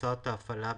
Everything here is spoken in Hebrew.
הוצאת ההפעלה,